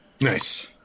Nice